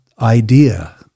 idea